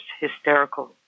hysterical